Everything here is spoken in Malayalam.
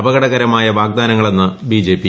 അപകടകരമായ വാഗ്ദാനങ്ങളെന്ന് ബി ജെ പി